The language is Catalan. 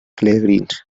pelegrins